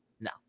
no